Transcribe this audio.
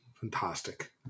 Fantastic